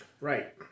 right